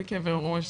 בלי כאבי ראש,